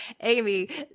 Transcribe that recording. Amy